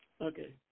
Okay